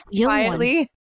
quietly